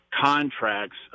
contracts